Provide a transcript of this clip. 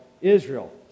Israel